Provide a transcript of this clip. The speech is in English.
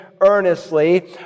earnestly